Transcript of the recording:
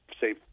say